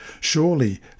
Surely